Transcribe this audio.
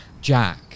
Jack